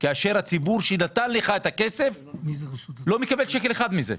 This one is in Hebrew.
כאשר הציבור שנתן לך את הכסף לא מקבל שקל אחד מזה?